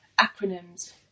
Acronyms